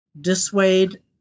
dissuade